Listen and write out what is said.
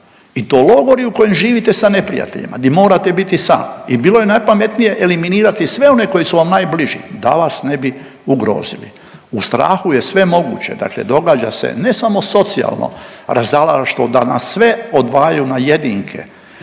i to logori u kojem živite sa neprijateljima di morate biti sam. I bilo je najpametnije eliminirati sve one koji su vam najbliži da vas ne bi ugrozili. U strahu je sve moguće, dakle događa se ne samo socijalno razaralaštvo da nas sve odvajaju na jedinke